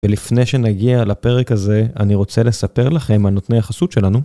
ולפני שנגיע לפרק הזה אני רוצה לספר לכם על נותני החסות שלנו.